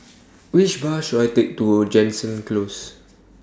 Which Bus should I Take to Jansen Close